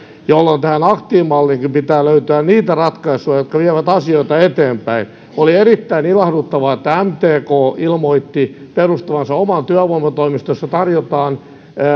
jolloin tähän aktiivimalliinkin pitää löytyä niitä ratkaisuja jotka vievät asioita eteenpäin oli erittäin ilahduttavaa että mtk ilmoitti perustavansa oman työvoimatoimiston jossa tarjotaan